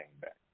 back